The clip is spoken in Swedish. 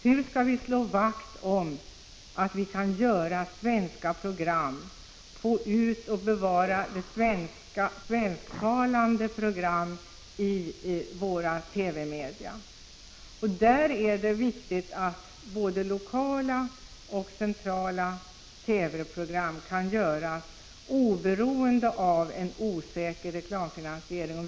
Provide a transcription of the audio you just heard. Hur skall vi bäst slå vakt om att program på svenska kan spridas i våra TV-media? Här är det viktigt att både lokala och centrala TV-program kan göras oberoende av en osäker reklamfinansiering.